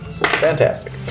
Fantastic